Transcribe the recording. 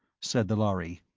said the lhari.